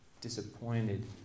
disappointed